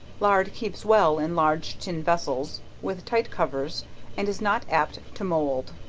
lard keeps well in large tin vessels with tight covers and is not apt to mould.